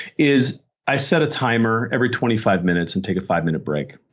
is i set a timer every twenty five minutes and take a five minute break.